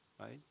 right